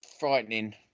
Frightening